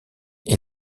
est